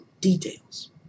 details